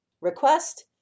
request